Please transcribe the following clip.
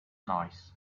noise